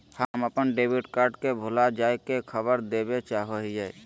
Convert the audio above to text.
हम अप्पन debit card के भुला जाये के खबर देवे चाहे हियो